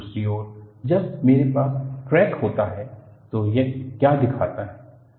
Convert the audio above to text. दूसरी ओर जब मेरे पास क्रैक होता है तो यह क्या दिखाता है